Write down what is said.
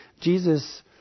jesus